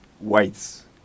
whites